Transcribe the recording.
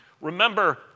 remember